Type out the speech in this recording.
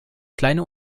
kleine